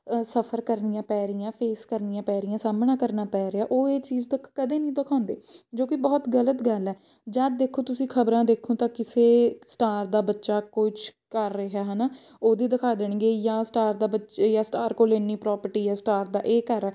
ਸਫਰ ਕਰਨੀਆਂ ਪੈ ਰਹੀਆਂ ਫੇਸ ਕਰਨੀਆਂ ਪੈ ਰਹੀਆਂ ਸਾਹਮਣਾ ਕਰਨਾ ਪੈ ਰਿਹਾ ਉਹ ਇਹ ਚੀਜ਼ ਤੱਕ ਕਦੇ ਨਹੀਂ ਦਿਖਾਉਂਦੇ ਜੋ ਕਿ ਬਹੁਤ ਗਲਤ ਗੱਲ ਆ ਜਦ ਦੇਖੋ ਤੁਸੀਂ ਖਬਰਾਂ ਦੇਖੋ ਤਾਂ ਕਿਸੇ ਸਟਾਰ ਦਾ ਬੱਚਾ ਕੁਛ ਕਰ ਰਿਹਾ ਹੈ ਨਾ ਉਹਦੀ ਦਿਖਾ ਦੇਣਗੇ ਜਾਂ ਸਟਾਰ ਦਾ ਬੱਚ ਜਾਂ ਸਟਾਰ ਕੋਲ ਇੰਨੀ ਪ੍ਰੋਪਰਟੀ ਆ ਸਟਾਰ ਦਾ ਇਹ ਘਰ ਆ